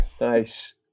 Nice